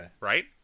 right